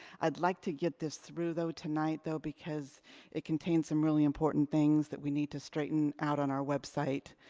i'd like to get this through though tonight, though, because it contains some really important things that we need to straighten out on our website.